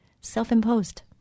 Self-imposed